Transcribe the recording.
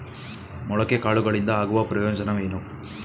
ಮೊಳಕೆ ಕಾಳುಗಳಿಂದ ಆಗುವ ಪ್ರಯೋಜನವೇನು?